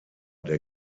der